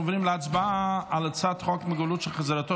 אני קובע כי הצעת חוק מגבלות על חזרתו